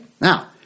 Now